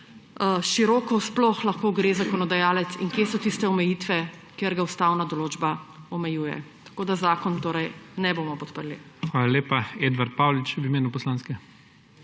široko sploh lahko gre zakonodajalec in kje so tiste omejitve, kjer ga ustavna določba omejuje. Tako zakona ne bomo podprli. PREDSEDNIK IGOR ZORČIČ: Hvala lepa. Edvard Paulič v imenu poslanske.